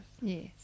Yes